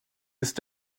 ist